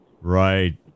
Right